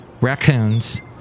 raccoons